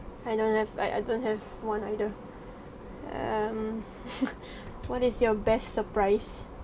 I don't have I I don't have one either um what is your best surprise